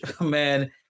man